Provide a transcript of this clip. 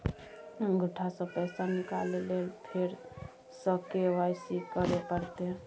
अंगूठा स पैसा निकाले लेल फेर स के.वाई.सी करै परतै?